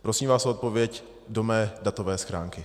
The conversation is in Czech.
Prosím vás o odpověď do mé datové schránky.